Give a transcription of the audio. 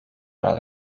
ära